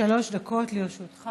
שלוש דקות לרשותך.